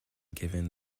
given